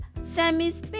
Sammy's